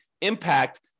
impact